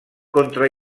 contra